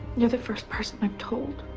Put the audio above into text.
you're the first person i've told.